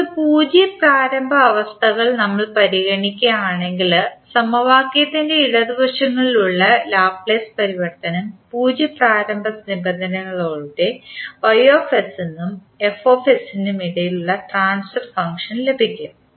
ഇപ്പോൾ പൂജ്യ പ്രാരംഭ അവസ്ഥകൾ നമ്മൾ പരിഗണിക്കുകയാണെങ്കിൽ സമവാക്യത്തിൻറെ ഇരുവശങ്ങളിലുമുള്ള ലാപ്ലേസ് പരിവർത്തനം പൂജ്യ പ്രാരംഭ നിബന്ധനകളോടെ നും ഇടയിലുള്ള ട്രാൻസ്ഫർ ഫംഗ്ഷൻ ലഭിക്കും